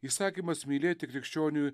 įsakymas mylėti krikščioniui